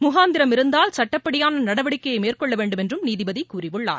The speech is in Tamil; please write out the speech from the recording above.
முகாந்திரம் இருந்தால் சட்டப்படியான நடவடிக்கையை மேற்கொள்ள வேண்டும் என்றும் நீதிபதி கூறியுள்ளார்